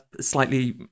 slightly